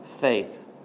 faith